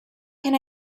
can